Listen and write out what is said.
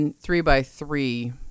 three-by-three